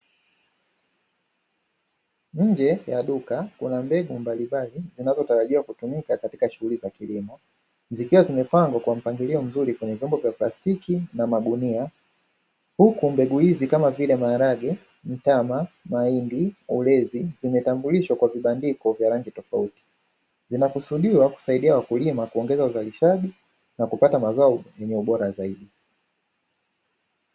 Nje ya duka kuna mbegu mbalimbali zinazotarajiwa kutumika katika shughuli za kilimo, zikiwa zimepangwa kwa mpangilio mzuri kwenye vyombo vya plastiki na magunia. Huku mbegu hizi kama vile: maharage, mtama, mahindi, ulezi; zimetambulishwa kwa vibandiko vya rangi tofauti. Zinakusudiwa kusaidia wakulima kuongeza uzalishaji na kupata mazao yenye ubora zaidi.